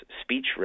speech